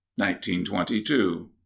1922